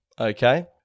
okay